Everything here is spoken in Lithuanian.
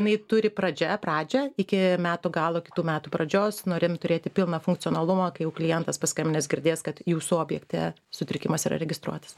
jinai turi pradžia pradžią iki metų galo kitų metų pradžios norim turėti pilną funkcionalumą kai jau klientas paskambinęs girdės kad jūsų objekte sutrikimas yra registruotas